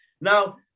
Now